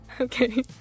Okay